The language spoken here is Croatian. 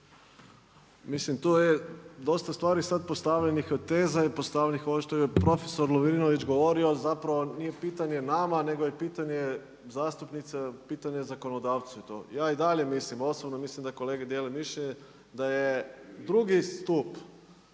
Mislim to je dosta stvari sada postavljenih teza i postavljenih, ovo što je profesor Lovrinović govorio, zapravo nije pitanje nama nego je pitanje zastupnica, pitanje zakonodavstvu je to. Ja i dalje mislim, osobno mislim da i kolege dijele mišljenje da je drugi stup